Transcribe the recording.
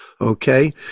Okay